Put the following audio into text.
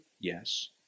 Yes